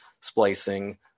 splicing